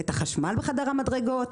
את החשמל בחדר המדרגות,